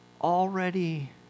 already